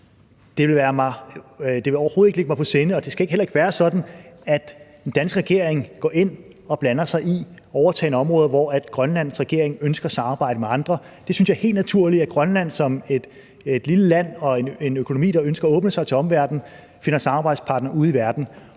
mig overhovedet ikke på sinde, og det skal heller ikke være sådan, at den danske regering går ind og blander sig i overtagne områder, hvor Grønlands regering ønsker samarbejde med andre. Det synes jeg er helt naturligt, altså at Grønland som et lille land og en økonomi, der ønsker at åbne sig for omverdenen, finder samarbejdspartnere ude i verden.